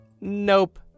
Nope